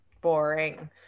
Boring